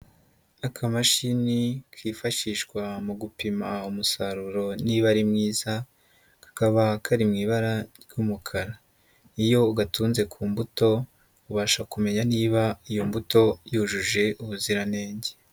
Akamashini kifashishwa mu gupima umusaruro niba ari mwiza kakaba kari mu ibara ry'umukara, iyo ugatunze ku mbuto ubasha kumenya niba iyo mbuto yujuje ubuziranenge.